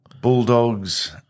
Bulldogs